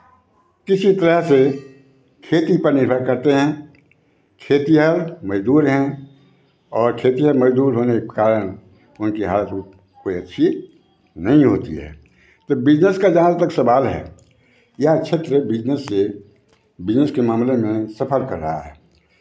किसी तरह से खेती पर निर्भर करते हैं खेती है मज़दूर हैं और खेती है मज़दूर होने के कारण उनकी हालत कोई अच्छी नहीं होती है तो बिज़नेस का जहाँ तक सवाल है यह क्षेत्र बिज़नेस से बिज़नेस के मामले में सफर कर रहा है